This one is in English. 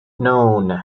known